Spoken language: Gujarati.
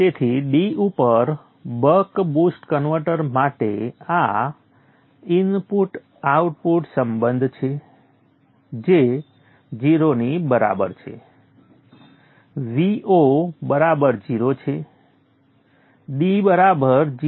તેથી d ઉપર બક બુસ્ટ કન્વર્ટર માટે આ ઇનપુટ આઉટપુટ સંબંધ છે જે 0 ની બરાબર છે Vo બરાબર 0 છે d બરાબર 0